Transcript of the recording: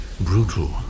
brutal